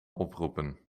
oproepen